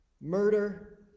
murder